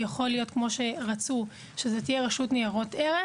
זו יכולה להיות רשות ניירות ערך,